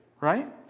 right